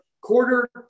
quarter